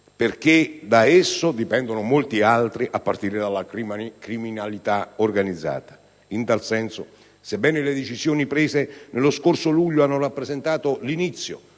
perché da esso dipendono molti altri, a partire dalla criminalità organizzata. In tal senso, sebbene le decisioni prese nello scorso luglio abbiano rappresentato l'inizio